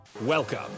Welcome